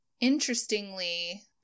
Interestingly